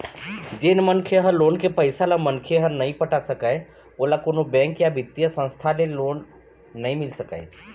जेन मनखे ह लोन के पइसा ल मनखे ह नइ पटा सकय ओला कोनो बेंक या बित्तीय संस्था ले लोन नइ मिल सकय